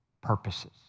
purposes